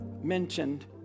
Mentioned